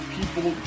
people